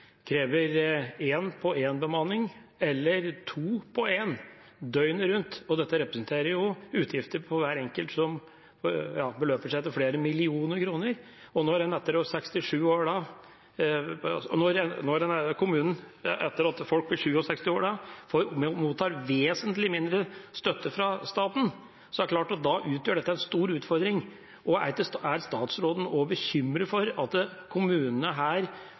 krever en-til-en- eller to-til-en-bemanning døgnet rundt. Dette representerer utgifter til hver enkelt som beløper seg til flere millioner kroner. Når kommunen etter at folk har fylt 67 år, mottar vesentlig mindre støtte fra staten, er det klart at dette utgjør en stor utfordring. Er statsråden bekymret for at kommunene her får utfordringer som kan variere veldig mye – ut fra tilfeldigheter eller hvor mange det er i den enkelte kommunen som trenger hjelp? Ja, det er en utfordring. Men jeg tenker at